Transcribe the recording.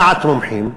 דעת מומחים,